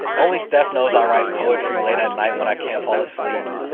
only steph knows i write poetry late at night when i can't fall asleep.